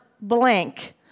blank